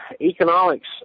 economics